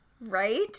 Right